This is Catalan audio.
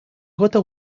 gota